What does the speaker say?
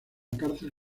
cárcel